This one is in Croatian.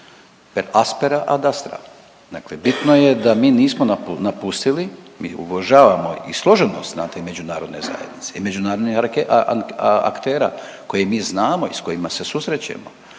ad aspera ad astra, dakle bitno je da mi nismo napustili. Mi uvažavamo i složenost znate i međunarodne zajednice i međunarodnih rak… aktera koje mi znamo i s kojima se susrećemo.